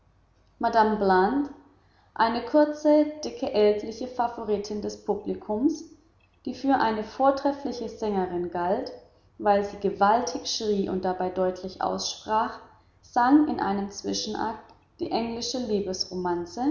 bland eine kurze dicke ältliche favoritin des publikums die für eine vortreffliche sängerin galt weil sie gewaltig schrie und dabei deutlich aussprach sang in einem zwischenakt eine englische